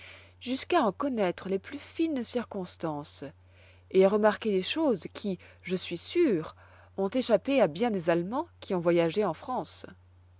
jusqu'à en connoître les plus fines circonstances et à remarquer des choses qui je suis sûr ont échappé à bien des allemands qui ont voyagé en france